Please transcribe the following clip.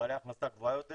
בעלי הכנסה גבוהה יותר